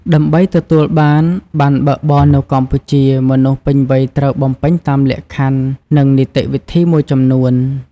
ដើម្បីទទួលបានប័ណ្ណបើកបរនៅកម្ពុជា មនុស្សពេញវ័យត្រូវបំពេញតាមលក្ខខណ្ឌ និងនីតិវិធីមួយចំនួន។